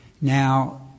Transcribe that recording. Now